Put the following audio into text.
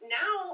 now